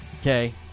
Okay